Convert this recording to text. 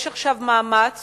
יש עכשיו מאמץ